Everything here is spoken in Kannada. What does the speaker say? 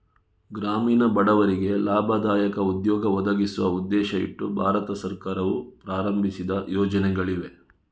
ಗ್ರಾಮೀಣ ಬಡವರಿಗೆ ಲಾಭದಾಯಕ ಉದ್ಯೋಗ ಒದಗಿಸುವ ಉದ್ದೇಶ ಇಟ್ಟು ಭಾರತ ಸರ್ಕಾರವು ಪ್ರಾರಂಭಿಸಿದ ಯೋಜನೆಗಳಿವೆ